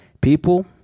People